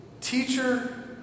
Teacher